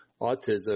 autism